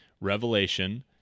revelation